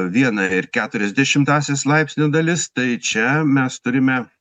vieną ir keturias dešimtąsias laipsnio dalis tai čia mes turime